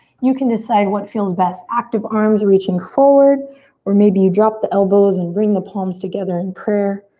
you can decide what feels best. active arms reaching forward or maybe you drop the elbows and bring the palms together in prayer